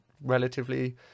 relatively